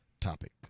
topic